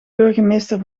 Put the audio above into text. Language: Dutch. burgemeester